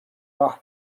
راه